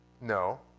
No